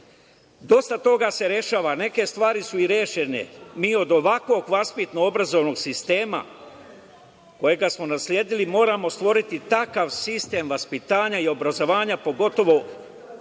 domu. Dosta toga se rešava, neke stvari su rešene. Mi od ovakvog obrazovno vaspitnog sistema koji smo nasledili moramo stvoriti takav sistem vaspitanja i obrazovanja, pogotovo usmerenog